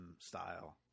style